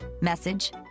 message